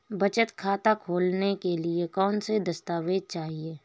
बचत खाता खोलने के लिए कौनसे दस्तावेज़ चाहिए?